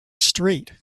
street